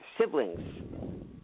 siblings